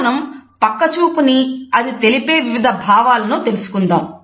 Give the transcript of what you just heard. ఇప్పుడు మనం పక్క చూపు ని అది తెలిపే వివిధ భావాలను తెలుసుకుందాం